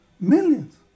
Millions